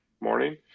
morning